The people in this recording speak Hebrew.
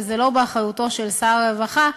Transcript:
וזה לא באחריותו של שר הרווחה,